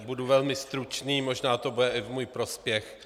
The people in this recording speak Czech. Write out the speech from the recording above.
Budu velmi stručný, možná to bude i v můj prospěch.